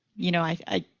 you know, i,